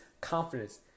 confidence